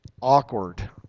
awkward